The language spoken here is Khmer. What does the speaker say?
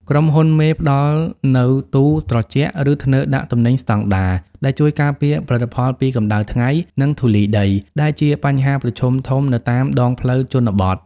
ក្រុមហ៊ុនមេផ្ដល់នូវ "ទូត្រជាក់ ឬធ្នើដាក់ទំនិញស្ដង់ដារ" ដែលជួយការពារផលិតផលពីកម្ដៅថ្ងៃ និងធូលីដី ដែលជាបញ្ហាប្រឈមធំនៅតាមដងផ្លូវជនបទ។